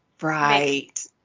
Right